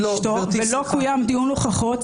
ולא קוים דיון הוכחות.